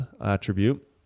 attribute